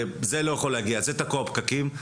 וזה לא יכול להגיע, זה תקוע בפקקים.